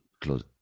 close